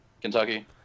Kentucky